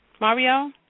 Mario